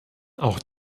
auch